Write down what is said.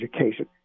education